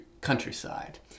countryside